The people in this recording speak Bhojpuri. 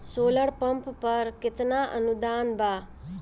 सोलर पंप पर केतना अनुदान बा?